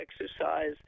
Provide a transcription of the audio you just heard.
exercise